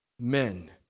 men